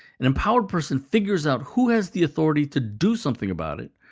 an empowered person figures out who has the authority to do something about it,